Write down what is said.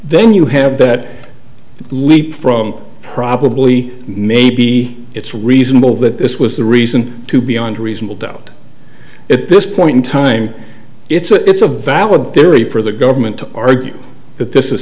then you have that leap from probably maybe it's reasonable that this was the reason to beyond reasonable doubt at this point in time it's a valid theory for the government to argue that this